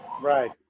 Right